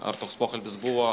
ar toks pokalbis buvo